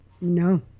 No